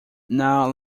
now